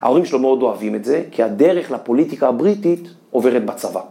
ההורים שלו מאוד אוהבים את זה, כי הדרך לפוליטיקה הבריטית עוברת בצבא.